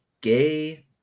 gay